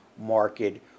market